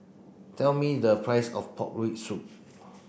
tell me the price of pork rib soup